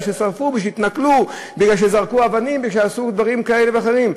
בגלל ששרפו והתנכלו ובגלל שזרקו אבנים ועשו דברים כאלה ואחרים,